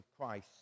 Christ